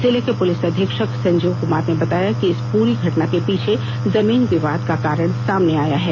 जिले के पुलिस अधीक्षक संजीव कुमार ने बताया कि इस पूरी घटना के पीछे जमीन विवाद का कारण सामने आया है